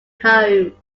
homes